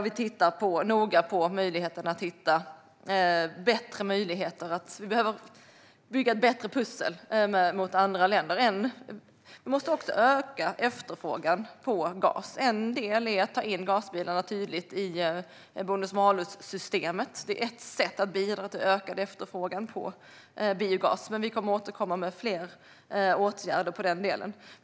Vi tittar noga på det. Vi behöver bygga ett bättre pussel mot andra länder. Vi måste också öka efterfrågan på gas. En del är att ta in gasbilarna tydligt i bonus-malus-systemet. Det är ett sätt att bidra till ökad efterfrågan på biogas. Vi kommer att återkomma med fler åtgärder i den delen.